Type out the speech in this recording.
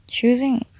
Choosing